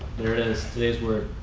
there it is. today's word.